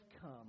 come